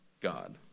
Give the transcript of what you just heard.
God